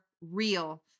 real